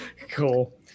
Cool